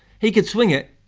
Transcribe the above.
he could swing it,